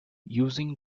using